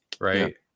right